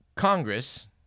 Congress